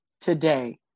today